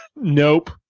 Nope